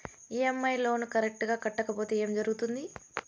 EMI loan correct గా కట్టకపోతే ఏం జరుగుతుంది